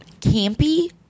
campy